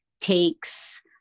takes